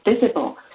visible